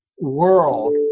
world